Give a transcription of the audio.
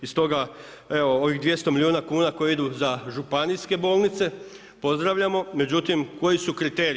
I stoga evo ovih 200 milijuna kuna koji idu za županijske bolnice pozdravljamo, međutim koji su kriteriji.